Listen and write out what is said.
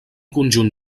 conjunt